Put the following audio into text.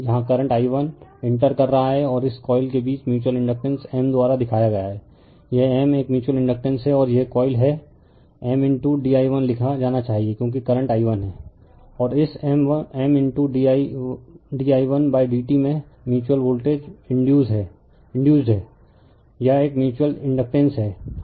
यहां current i1 enter कर रहा है और इस कॉइल के बीच म्यूच्यूअल इंडकटेंस M द्वारा दिखाया गया है यह M एक म्यूच्यूअल इंडकटेंस है और यह कॉइल है M di1 लिखा जाना चाहिए क्योंकि करंट i1 है और इस M di1 बाय dt में म्यूच्यूअल वोल्टेज इंडयुसड है यह एक म्यूच्यूअल इंडकटेंस है